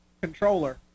controller